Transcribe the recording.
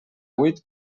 huit